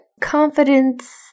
confidence